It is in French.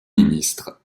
ministre